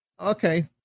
Okay